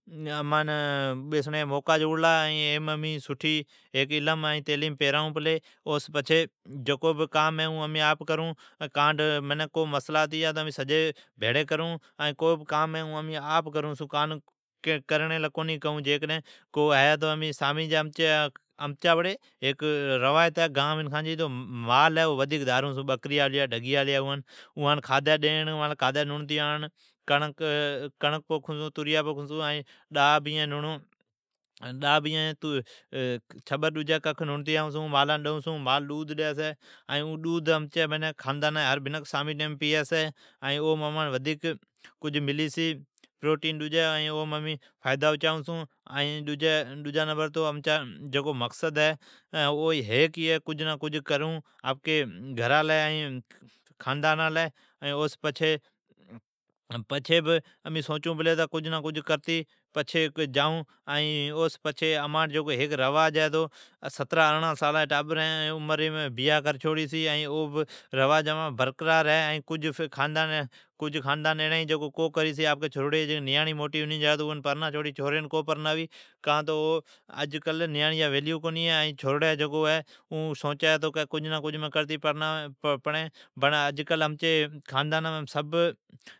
ائین اوی جھازام لاری آڑین جی کوشش کری، ائین اون مٹاتی اگمین آوی او ایرییم ائین پشپا آپکی مقصدام قامیاب ھتی جا۔ پوٹھی آوی جکار سجین ھار پیراوی چھی ائین خوشیا کری چھی۔ پشپا آپکی محنتیم کامیاب ھتی جا چھی۔ دھندھا جیڑا بھی کری اوجا مقصد ھا ہے تہ اون آپکی محنتیم کامیاب ھتی جا۔ ائین جکو پولیساڑا ھوی او اترتی جا ائین او جی ڈوٹی بہ جا بولی۔ ھا فلم ڈیکھتی مین ڈاڈھا متاثر ھلا۔ ھا فلم لانچ ھلی امین فونام ڈیکھلی ھتی، امین اوا فلم نا ڈیکھلی ائین اویم امین ڈجی بھی سبق جام سیکھلی۔ امان بھیڑی جکو موٹی بیلی ھتی اوین امان کیلی پیلکی فلم ھا سبق سکھاوی چھی ائین ڈجی فلم ھا سبق سکھاوی چھی پر آپان فلمی جی حسابا سون کونی ھلڑین چھی۔ آپان صحیح طریقی سون ھلڑین چھی۔ پر ایی فلمیم پشپا این غلت کام کری چھی۔ ائین آپان صحیح طریقی سون ھلڑی چھی۔ امین ڈاڈھی کوشش کرلی ہے تو امین اوم سیکھلی ھون۔ اگی امین دھاری ھتی جکار امین فلما ڈیکھتی ھمین امان سجان ٹھون بوبائلین ھی تو امین فلمان کو ڈیکھون چھون۔ کان تو ھمین کجھ ٹائیم پڑھائین ڈیئون ائین لطفندوس ھون۔ فلمان ٹائیم ڈیئون چھون تو کتابان بھی ٹائیم ڈیئون چھون۔ جیو آجوکا جکو سوال ھتا کتاب ائین فلمان امین کیون مختصر کر سگھون تو